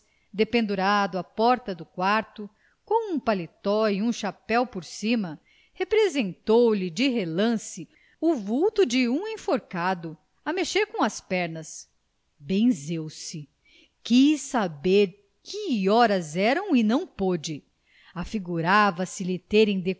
dependurado à porta do quarto com um paletó e um chapéu por cima representou lhe de relance o vulto de um enforcado a mexer com as pernas benzeu se quis saber que horas eram e não pôde afigurava se lhe terem